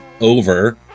over